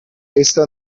esta